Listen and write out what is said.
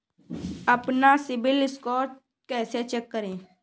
अपना CIBIL score कैसे check करें?